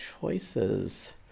choices